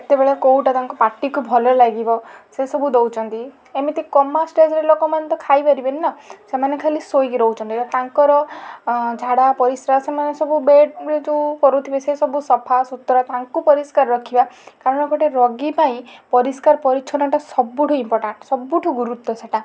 କେତେବେଳେ କେଉଁଟା ତାଙ୍କୁ ପାଟିକୁ ଭଲ ଲାଗିବ ସେସବୁ ଦେଉଛନ୍ତି ଏମିତି କୋମା ଷ୍ଟେଜ୍ରେ ଲୋକମାନେ ତ ଖାଇପାରିବେନି ନା ସେମାନେ ଖାଲି ଶୋଇକି ରହୁଛନ୍ତି ତାଙ୍କର ଝାଡ଼ା ପରିସ୍ରା ସେମାନେ ସବୁ ବେଡ଼୍ରେ ଯେଉଁ କରୁଥିବେ ସେସବୁ ସଫା ସୁତୁରା ତାଙ୍କୁ ପରିଷ୍କାର ରଖିବା କାରଣ ଗୋଟେ ରୋଗୀ ପାଇଁ ପରିଷ୍କାର ପରିଚ୍ଛନ୍ନଟା ସବୁଠୁ ଇମ୍ପୋର୍ଟାଣ୍ଟ ସବୁଠୁ ଗୁରୁତ୍ୱ ସେଟା